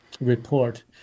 report